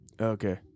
Okay